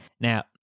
now